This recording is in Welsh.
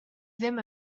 ddim